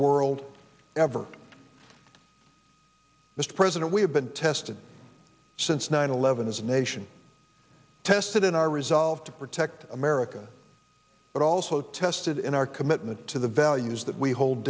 world ever mr president we have been tested since nine eleven as a nation tested in our resolve to protect america but also tested in our commitment to the values that we hold